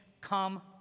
come